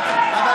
לגמרי.